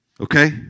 Okay